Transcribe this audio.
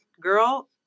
girl